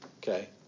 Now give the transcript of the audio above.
Okay